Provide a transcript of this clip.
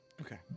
Okay